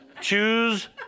Choose